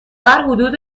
حدود